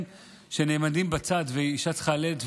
כשנעמדים בצד והאישה צריכה ללדת,